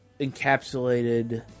encapsulated